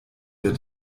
wir